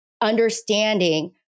understanding